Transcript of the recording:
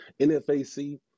NFAC